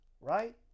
right